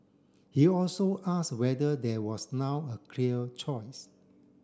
he also asked whether there was now a clear choice